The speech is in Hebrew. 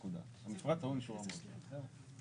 המפרט טעון אישור המועצה, זהו.